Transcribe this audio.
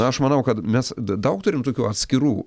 aš manau kad mes daug turim tokių atskirų